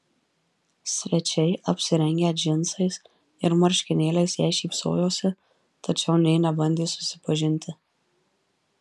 svečiai apsirengę džinsais ir marškinėliais jai šypsojosi tačiau nė nebandė susipažinti